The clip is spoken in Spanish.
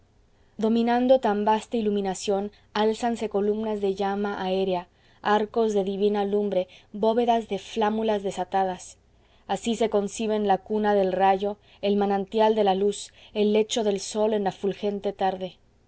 dominando tan vasta iluminación álzanse columnas de llama aérea arcos de divina lumbre bóvedas de flámulas desatadas así se conciben la cuna del rayo el manantial de la luz el lecho del sol en la fulgente tarde